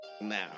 now